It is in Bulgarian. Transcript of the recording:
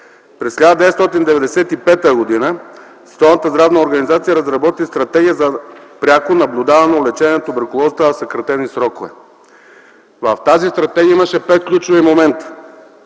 През 1995 г. Световната здравна организация разработи Стратегия за пряко наблюдаване на лечението на туберкулозата в съкратени срокове. В тази стратегия имаше пет ключови момента: